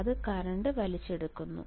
അത് കറൻറ് വലിച്ചെടുക്കുന്നു